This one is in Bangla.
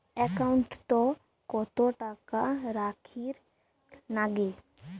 একাউন্টত কত টাকা রাখীর নাগে?